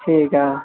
ਠੀਕ ਆ